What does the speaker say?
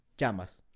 llamas